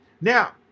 Now